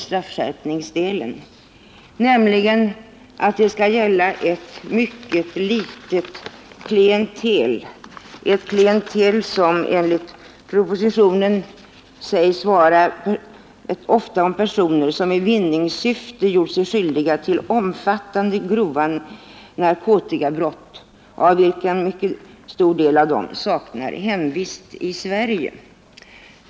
Straffskärpningen gäller ett mycket litet klientel, personer som enligt propositionen i vinningssyfte gjort sig skyldiga till omfattande grova narkotikabrott och av vilka en mycket stor del saknar hemvist i Sverige.